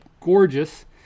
gorgeous